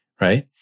right